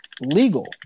legal